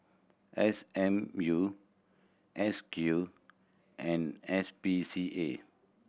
S M U S Q and S P C A